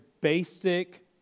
basic